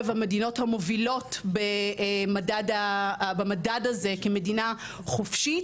המדינות המובילות במדד הזה כמדינה חופשית,